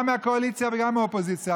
גם מהקואליציה וגם מהאופוזיציה,